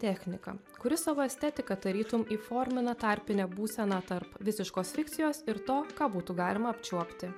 technika kuri savo estetika tarytum įformina tarpinę būseną tarp visiškos fikcijos ir to ką būtų galima apčiuopti